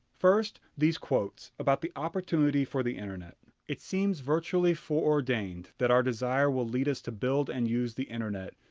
first, these quotes about the opportunity for the internet it seems virtually foreordained that our desire will lead us to build and use the internet,